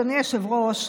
אדוני היושב-ראש,